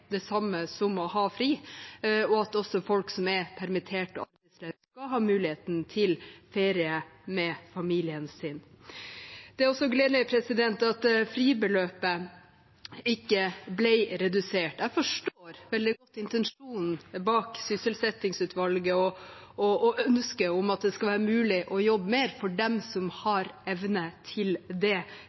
det samme som å ha fri, og at også folk som er permitterte og arbeidsløse, skal ha muligheten til ferie med familien sin. Det er også gledelig at fribeløpet ikke ble redusert. Jeg forstår veldig godt intensjonen bak sysselsettingsutvalget og ønsket om at det skal være mulig å jobbe mer for dem som har evne til det